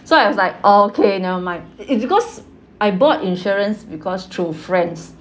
so I was like okay never mind it because I bought insurance because through friends